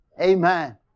Amen